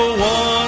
one